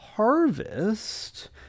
Harvest